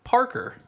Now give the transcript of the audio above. Parker